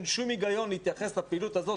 אין שום היגיון להתייחס לפעילות הזאת